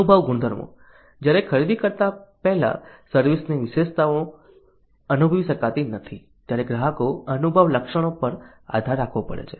અનુભવ ગુણધર્મો જ્યારે ખરીદી કરતા પહેલા સર્વિસ ની વિશેષતાઓ અનુભવી શકાતી નથી ત્યારે ગ્રાહકે અનુભવ લક્ષણો પર આધાર રાખવો પડે છે